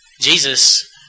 Jesus